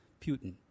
Putin